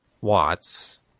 watts